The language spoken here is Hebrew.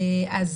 אז,